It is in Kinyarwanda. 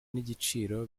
n’igiciro